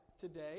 today